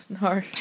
no